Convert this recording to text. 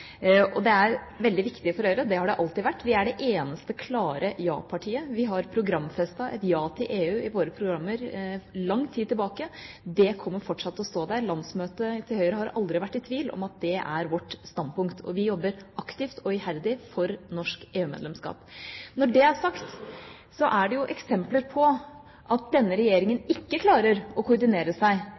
Det er veldig viktig for Høyre. Det har det alltid vært. Vi er det eneste klare ja-partiet. Vi programfestet ja til EU i våre programmer for lang tid tilbake. Det kommer fortsatt til å stå der. Landsmøtet til Høyre har aldri vært i tvil om at det er vårt standpunkt. Vi jobber aktivt og iherdig for norsk EU-medlemskap. Når det er sagt, er det jo eksempler på at denne regjeringa ikke klarer å koordinere seg